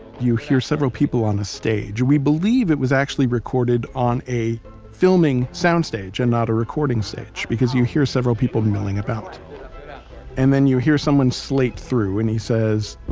you hear several people on a stage, we believe it was actually recorded on a filming sound stage, and not a recording stage, because you hear several people milling about and then you hear someone slate through, and he says,